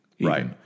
Right